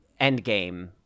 Endgame